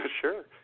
Sure